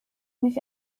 nicht